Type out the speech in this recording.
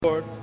Lord